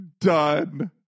Done